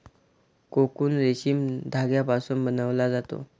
cocoon रेशीम धाग्यापासून बनवला जातो